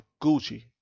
Gucci